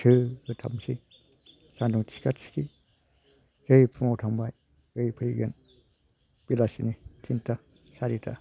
गोसो होथाबसै सानदुं थिखा थिखि जै फुङाव थांबाय है फैगोन बेलासिनि थिनथा सारिथा